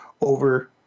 over